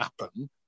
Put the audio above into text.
happen